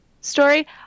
Story